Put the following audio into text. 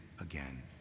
again